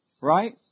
right